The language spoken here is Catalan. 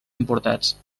importats